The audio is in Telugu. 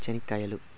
చెనిక్కాయలు